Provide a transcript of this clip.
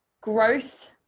growth